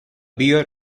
beer